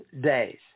days